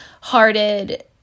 hearted